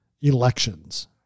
elections